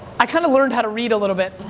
i kinda learned how to read a little bit.